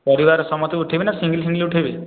ପରିବାର ସମସ୍ତେ ଉଠାଇବା ନା ସିଙ୍ଗିଲ୍ ସିଙ୍ଗିଲ୍ ଉଠାଇବେ